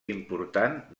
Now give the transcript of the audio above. important